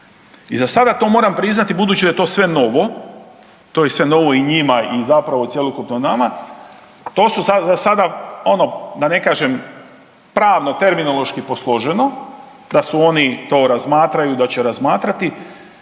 I za sata, to moram priznati, budući da je to sve novo, to je sve novo i njima i zapravo cjelokupno nama, to su za sada, ono, da ne kažem pravno terminološki posloženo, da su oni to razmatraju, da će razmatrati.